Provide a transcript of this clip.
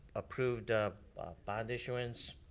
approved bond issuance.